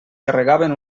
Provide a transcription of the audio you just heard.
carregaven